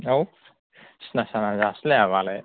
औ सिना जाना जासिलायाबालाय